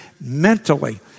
mentally